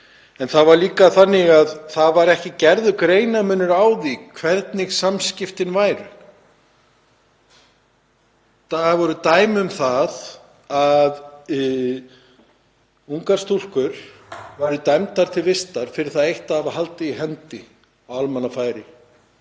En það var líka þannig að ekki var gerður greinarmunur á því hvernig samskiptin voru. Það voru dæmi um það að ungar stúlkur væru dæmdar til vistar fyrir það eitt að hafa haldist í hendur á almannafæri